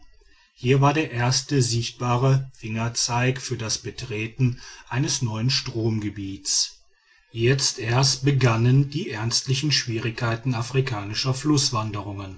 hier war der erste sichtbare fingerzeig für das betreten eines neuen stromgebiets jetzt erst begannen die ernstlichen schwierigkeiten afrikanischer